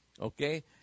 okay